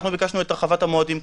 ביקשנו את הרחבת המועדים.